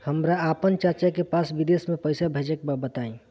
हमरा आपन चाचा के पास विदेश में पइसा भेजे के बा बताई